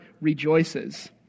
rejoices